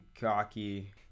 cocky